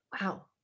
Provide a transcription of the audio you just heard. wow